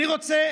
אני רוצה